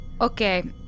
Okay